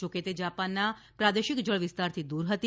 જોકે તે જાપાનના પ્રાદેશિક જળવિસ્તારથી દૂર હતી